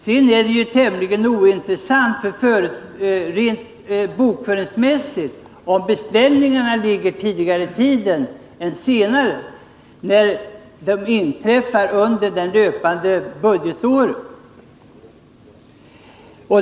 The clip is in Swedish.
Sedan är det tämligen ointressant rent bokföringsmässigt om beställningarna ligger tidigare eller senare i tiden, när de inträffar under löpande budgetår.